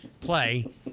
play